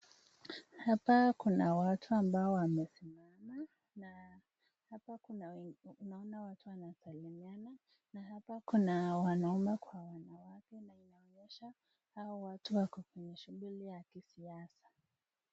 Hapa kuna watu ambao wamesimama na hapa tunaona watu wanasalimia na hapa kuna wanaume kwa wanawake na inaonyesha hao watu wako shughuli ya kisiasa.